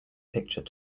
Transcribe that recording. picture